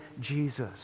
Jesus